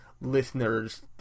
listeners